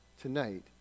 tonight